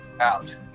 out